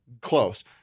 Close